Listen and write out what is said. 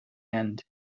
end